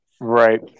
Right